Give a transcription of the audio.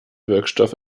wirkstoff